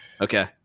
Okay